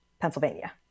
Pennsylvania